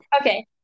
Okay